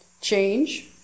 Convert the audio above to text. change